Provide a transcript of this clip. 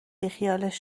بیخیالش